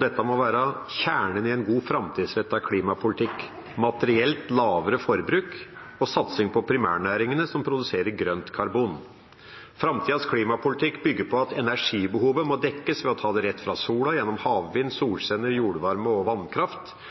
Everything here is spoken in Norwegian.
Dette må være kjernen i en god, framtidsrettet klimapolitikk: lavere forbruk materielt og satsing på primærnæringene, som produserer grønt karbon. Framtidas klimapolitikk bygger på at energibehovet må dekkes ved å ta energien rett fra sola gjennom havvind og solceller og gjennom jordvarme og vannkraft.